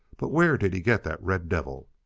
but where did he get that red devil?